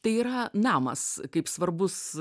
tai yra namas kaip svarbus